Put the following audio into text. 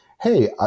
hey